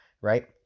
right